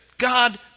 God